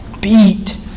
beat